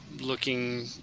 looking